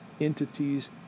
entities